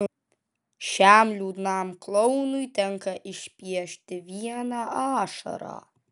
šiam liūdnam klounui tinka išpiešti vieną ašarą